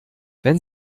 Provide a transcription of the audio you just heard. wenn